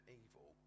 evil